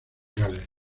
gales